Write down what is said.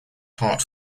heart